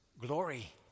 glory